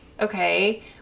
okay